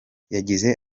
yagize